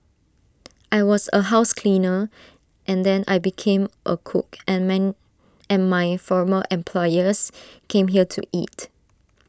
I was A house cleaner and then I became A cook and man and my former employers came here to eat